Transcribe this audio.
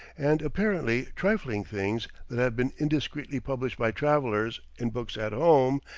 and apparently trifling things that have been indiscreetly published by travellers in books at home,